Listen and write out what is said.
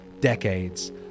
decades